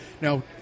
Now